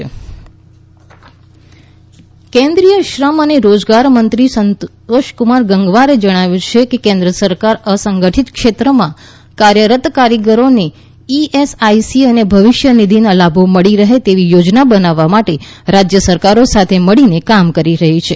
સામાજિક સુરક્ષા કેન્દ્રીય શ્રમ અને રોજગાર મંત્રી સંતોષકુમાર ગંગવારે જણાવ્યું છે કે કેન્દ્ર સરકાર અસંગઠીત ક્ષેત્રમાં કાર્યરત કારીગરોને ઇએસઆઇસી અને ભવિષ્ય નિધિના લાભો મળી રહે તેવી યોજના બનાવવા માટે રાજય સરકારો સાથે મળીને કામ કરી રહી છે